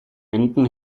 enden